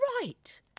right